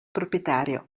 proprietario